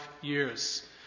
years